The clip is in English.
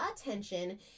attention